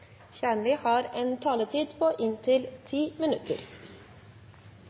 ordet, har en taletid på inntil 3 minutter.